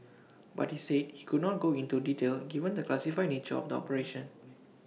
but he said he could not go into detail given the classified nature of the operation